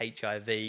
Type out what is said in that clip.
HIV